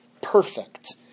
perfect